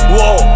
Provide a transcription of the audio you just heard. Whoa